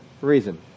reason